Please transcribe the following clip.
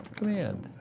command.